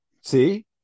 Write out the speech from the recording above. see